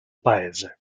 paese